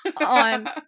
on